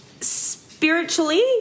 spiritually